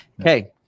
Okay